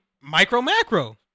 micro-macro